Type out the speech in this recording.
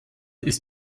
ist